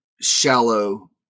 shallow